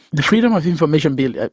the freedom of information bill, ah